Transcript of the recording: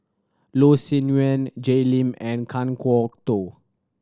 Loh Sin Yun Jay Lim and Kan Kwok Toh